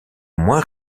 moins